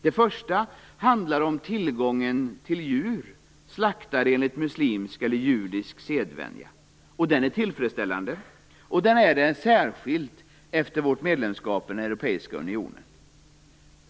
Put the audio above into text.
Det första handlar om tillgången till djur, slaktade enligt muslimsk eller judisk sedvänja. Den är tillfredsställande, särskilt efter vårt medlemskap i den europeiska unionen.